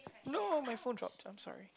no my phone dropped I'm sorry